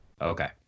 Okay